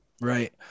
Right